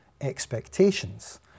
expectations